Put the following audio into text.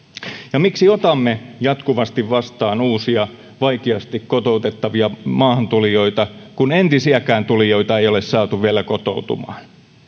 ja miksi otamme jatkuvasti vastaan uusia vaikeasti kotoutettavia maahantulijoita kun entisiäkään tulijoita ei ole saatu vielä kotoutumaan